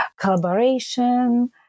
collaboration